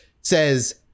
says